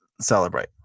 celebrate